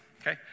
okay